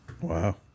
Wow